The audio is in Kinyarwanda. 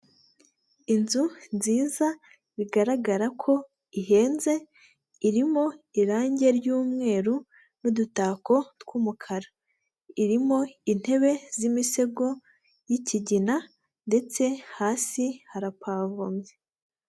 Inzu nziza bigaragara ko ihenze, irimo irange ry'umweru n'udutako tw'umukara. Irimo intebe z'imisego y'ikigina ndetse hasi harapavomye.